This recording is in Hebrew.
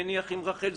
עם רחל זכאי,